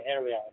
area